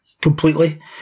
completely